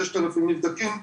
6,000 נבדקים,